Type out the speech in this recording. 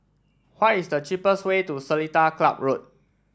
what is the cheapest way to Seletar Club Road